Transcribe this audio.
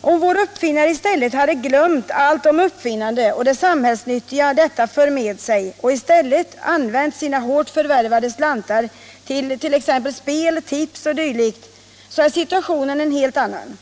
Om vår uppfinnare i stället hade glömt allt om uppfinnande och det samhällsnyttiga detta för med sig och i stället använt sina hårt förvärvade slantar till spel, tips o. d. är situationen en helt annan.